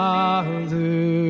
Father